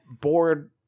board